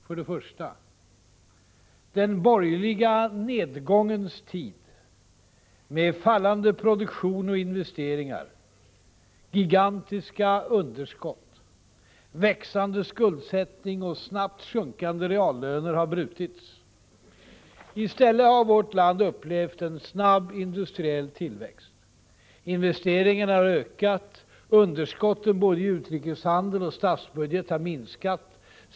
För det första: Den borgerliga nedgångens tid — med fallande produktion och investeringar, gigantiska underskott, växande skuldsättning och snabbt sjunkande reallöner — har brutits. I stället har vårt land upplevt en snabb industriell tillväxt. Investeringarna har ökat, och underskotten — både i utrikeshandel och i statsbudget — har minskat.